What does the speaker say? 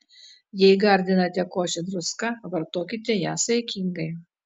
jei gardinate košę druska vartokite ją saikingai